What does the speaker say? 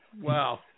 wow